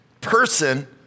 person